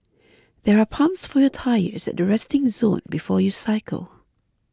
there are pumps for your tyres at the resting zone before you cycle